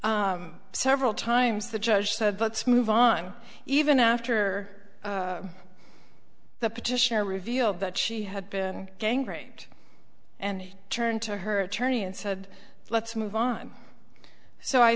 several times the judge said let's move on even after the petitioner revealed that she had been gang raped and turned to her attorney and said let's move on so i